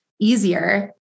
easier